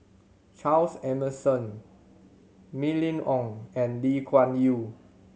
Charles Emmerson Mylene Ong and Lee Kuan Yew